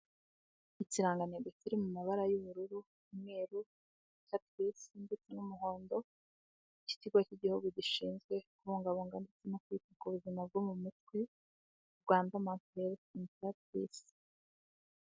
Ikirangantego kiri mu mabara y'ubururu, umweru, icyatsi kibisi ndetse n'umuhondo, cy'Ikigo cy'Igihugu gishinzwe kubungabunga ndetse no kwita ku buzima bwo mu mutwe Rwanda Mental Health in Practice.